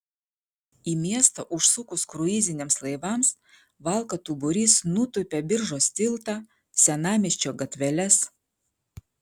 į miestą užsukus kruiziniams laivams valkatų būrys nutūpia biržos tiltą senamiesčio gatveles